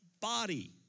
body